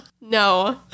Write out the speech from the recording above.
no